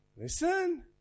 Listen